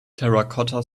terracotta